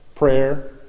prayer